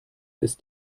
ist